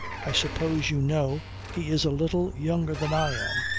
i suppose you know he is a little younger than i am.